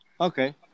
okay